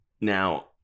now